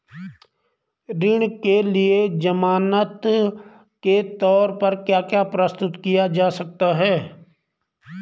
ऋण के लिए ज़मानात के तोर पर क्या क्या प्रस्तुत किया जा सकता है?